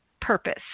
purpose